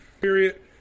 period